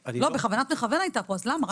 כוונת מכוון היתה פה, למה?